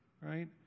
right